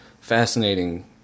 fascinating